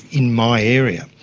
in my area,